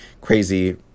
crazy